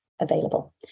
available